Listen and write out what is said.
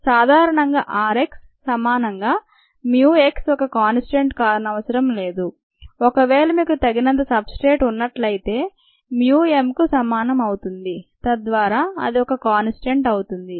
సాధారణంగా r x సమానంగా mu x ఒక కాన్స్టంట్ కానవసరం లేదు ఒకవేళ మీకు తగినంత సబ్ స్ట్రేట్ ఉన్నట్లయితే mu m కు సమానం అవుతుంది తద్వారా అది ఒక కాన్స్టంట్ అవుతుంది